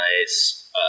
nice